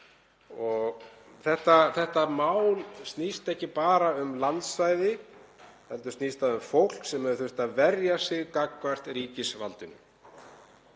Þetta mál snýst ekki bara um landsvæði heldur snýst það um fólk sem hefur þurft að verja sig gagnvart ríkisvaldinu